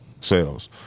sales